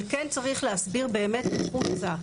אבל כן צריך להסביר באמת החוצה,